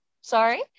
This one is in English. Sorry